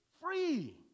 free